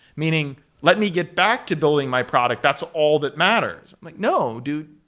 meaning let me get back to building my product. that's all that matters. like no, dude.